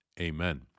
amen